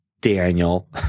Daniel